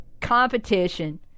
Competition